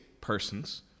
persons